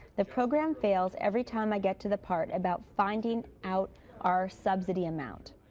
the program fails every time i get to the part about finding out our subsidy amount.